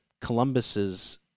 Columbus's